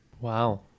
Wow